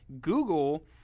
Google